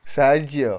ସାହାଯ୍ୟ